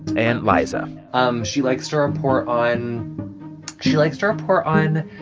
and liza um she likes to report on she likes to report on,